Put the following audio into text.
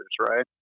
right